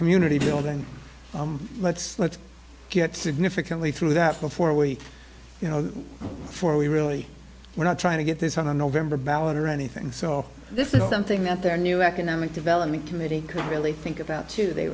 community building let's let's get significantly through that before we you know for we really were not trying to get this on the november ballot or anything so this is something that their new economic development committee can't really think about to